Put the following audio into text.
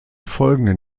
folgenden